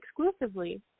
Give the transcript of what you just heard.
exclusively